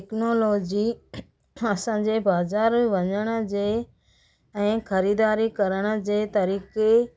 technology असांजे बाज़ारि वञण जे ऐं ख़रीदारी करण जे तरीक़े